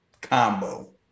combo